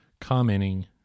commenting